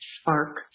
Spark